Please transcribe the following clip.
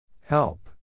Help